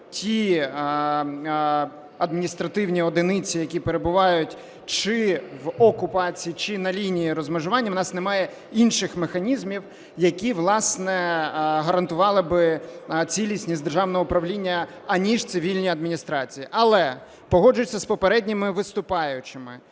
ті адміністративні одиниці, які перебувають чи в окупації, чи на лінії розмежування, в нас немає інших механізмів, які, власне, гарантували би цілісність державного управління, аніж цивільні адміністрації. Але погоджуюся з попередніми виступаючими: